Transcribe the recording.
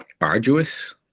arduous